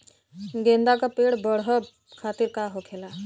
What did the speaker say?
गेंदा का पेड़ बढ़अब खातिर का होखेला?